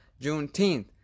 Juneteenth